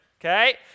Okay